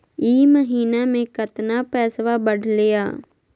ई महीना मे कतना पैसवा बढ़लेया?